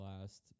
last